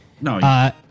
No